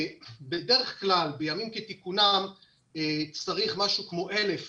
בדרך כלל בימים כתיקונם צריך משהו כמו אלף